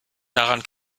daran